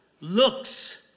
looks